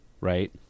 right